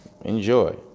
Enjoy